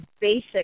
basic